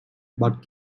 but